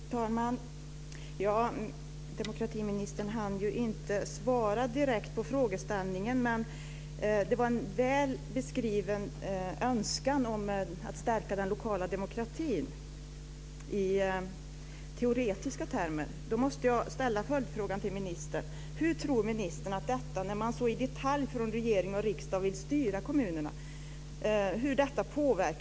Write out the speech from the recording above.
Fru talman! Demokratiministern hann ju inte svara direkt på frågeställningen. Men det var en väl beskriven önskan om att stärka den lokala demokratin i teoretiska termer. Jag måste ställa följdfrågan till ministern: Hur tror ministern att det påverkar människors vilja att på lokal nivå faktiskt engagera sig i den lokala politiken när regering och riksdag så i detalj vill styra kommunerna? Ministern lägger faktiskt ständigt fram förslag som går stick i stäv med det ministern beskrev tidigare.